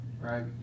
Right